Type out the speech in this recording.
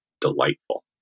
delightful